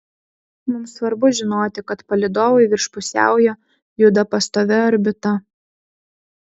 mums svarbu žinoti kad palydovai virš pusiaujo juda pastovia orbita